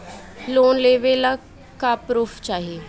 Loan लेवे ला का पुर्फ चाही?